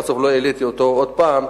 ובסוף לא העליתי אותה עוד פעם,